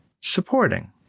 supporting